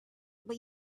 but